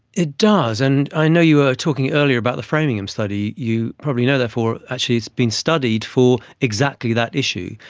it does, and i know you were talking earlier about the framingham study. you probably know therefore actually it's been studied for exactly that issue.